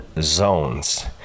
zones